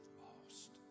lost